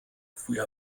fuhr